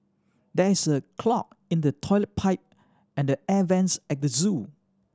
there is a clog in the toilet pipe and the air vents at the zoo